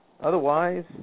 Otherwise